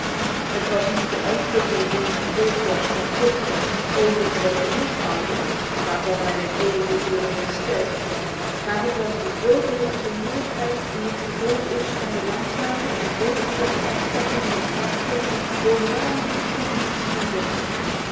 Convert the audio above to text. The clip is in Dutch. het was niet de uitputting die het gevolg was van korte overgrote inspanning waarvan men in enige uren herstelt maar het was de dodelijke vermoeidheid die het gevolg is van de langzame en voortgezette aftapping van krachten door maanden van hard zwoegen